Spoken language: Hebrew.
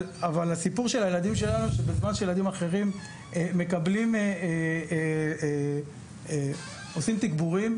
אבל הסיפור של הילדים שלנו הוא שבזמן שילדים אחרים עושים תגבורים,